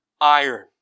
iron